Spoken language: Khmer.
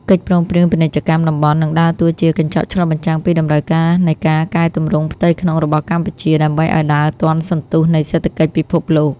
កិច្ចព្រមព្រៀងពាណិជ្ជកម្មតំបន់ នឹងដើរតួជាកញ្ចក់ឆ្លុះបញ្ចាំងពីតម្រូវការនៃការកែទម្រង់ផ្ទៃក្នុងរបស់កម្ពុជា ដើម្បីឱ្យដើរទាន់សន្ទុះនៃសេដ្ឋកិច្ចពិភពលោក។